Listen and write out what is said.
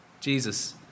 Jesus